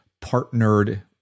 partnered